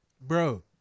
Bro